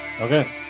Okay